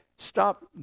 Stop